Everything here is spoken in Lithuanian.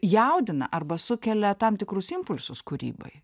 jaudina arba sukelia tam tikrus impulsus kūrybai